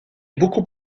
beaucoup